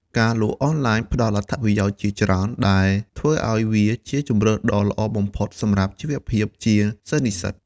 ការលក់អនឡាញផ្ដល់អត្ថប្រយោជន៍ជាច្រើន ដែលធ្វើឲ្យវាជាជម្រើសដ៏ល្អបំផុតសម្រាប់ជីវភាពជាសិស្សនិស្សិត។